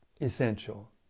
essential